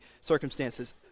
circumstances